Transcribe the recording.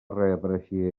reapareixia